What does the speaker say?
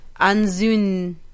Anzun